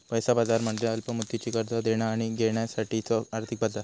पैसा बाजार म्हणजे अल्प मुदतीची कर्जा देणा आणि घेण्यासाठीचो आर्थिक बाजार